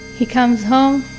he comes home,